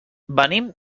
venim